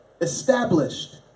established